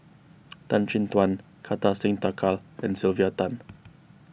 Tan Chin Tuan Kartar Singh Thakral and Sylvia Tan